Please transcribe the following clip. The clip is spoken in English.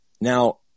Now